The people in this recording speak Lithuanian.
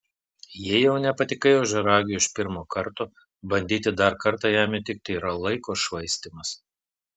jei jau nepatikai ožiaragiui iš pirmo karto bandyti dar kartą jam įtikti yra laiko švaistymas